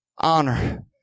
honor